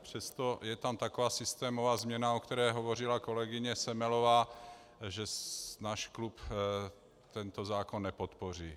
Přesto je tam taková systémová změna, o které hovořila kolegyně Semelová, že náš klub tento zákon nepodpoří.